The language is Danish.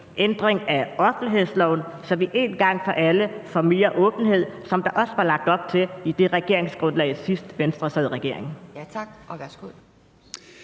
ændring af offentlighedsloven, så vi én gang for alle får mere åbenhed, som der også var lagt op til i det regeringsgrundlag, der var, sidst Venstre sad i regering?